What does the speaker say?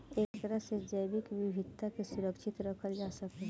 एकरा से जैविक विविधता के सुरक्षित रखल जा सकेला